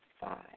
five